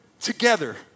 together